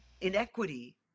inequity